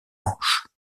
manches